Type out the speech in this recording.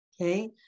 okay